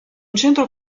centro